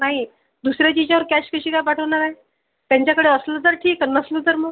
नाही दुसऱ्याच्या याच्यावर कॅश कशी काय पाठवणार आहे त्यांच्याकडे असलं तर ठीक आहे नसलं तर मग